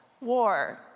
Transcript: war